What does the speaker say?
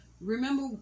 Remember